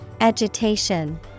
Agitation